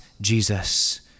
Jesus